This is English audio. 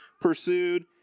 pursued